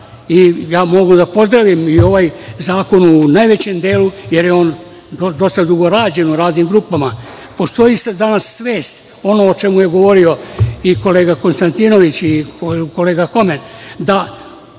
mogu da podelim i ovaj zakon u najvećem delu, jer je on dosta dugo rađen u radnim grupama, postoji danas svest, ono o čemu je govorio i kolega Konstantinović i kolega Homen, da